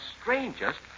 strangest